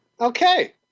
okay